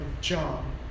John